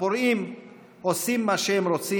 הפורעים עושים מה שהם רוצים,